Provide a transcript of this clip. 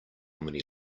many